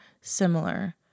similar